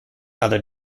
other